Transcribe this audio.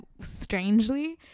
strangely